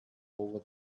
over